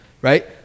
right